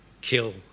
kill